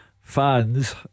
Fans